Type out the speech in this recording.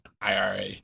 IRA